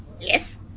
yes